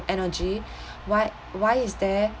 energy why why is there